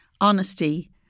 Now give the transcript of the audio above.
honesty